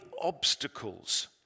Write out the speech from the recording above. obstacles